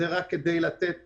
זה רק כדי לתת